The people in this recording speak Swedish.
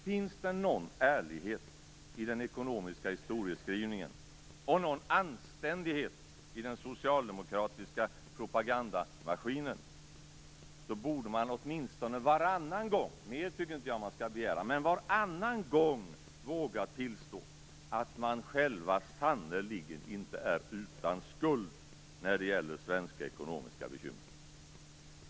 Om det finns någon ärlighet i den ekonomiska historieskrivningen och någon anständighet i den socialdemokratiska propagandamaskinen borde socialdemokraterna åtminstone varannan gång - mer tycker jag inte att man skall begära - våga tillstå att de själva sannerligen inte är utan skuld när det gäller svenska ekonomiska bekymmer.